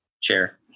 Chair